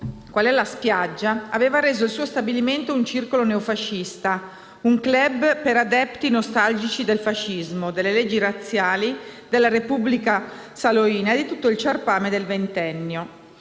quale è la spiaggia, aveva reso il suo stabilimento un circolo neofascista, un *club* per adepti nostalgici del fascismo, delle leggi razziali, della Repubblica saloina e di tutto il ciarpame del Ventennio.